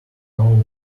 knows